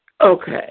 okay